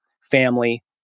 family